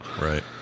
Right